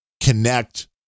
connect